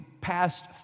past